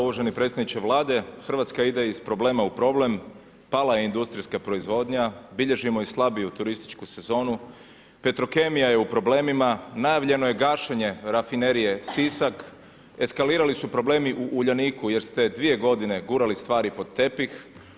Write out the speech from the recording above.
Uvaženi predsjedniče Vlade, Hrvatska ide iz problema u problem, pala je industrijska proizvodnja, bilježimo i slabiju turističku sezonu, Petrokemija je u problemima, najavljeno je gašenje Rafinerije Sisak, eskalirali su problemi u Uljaniku jer ste 2 godine gurali stvari pod tepih.